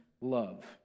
love